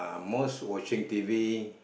most watching t_v